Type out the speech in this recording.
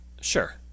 Sure